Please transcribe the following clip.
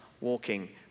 walking